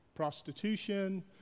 prostitution